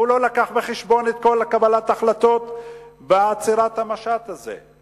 הוא לא הביא בחשבון את כל קבלת ההחלטות בעצירת המשט הזה.